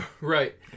Right